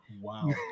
Wow